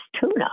tuna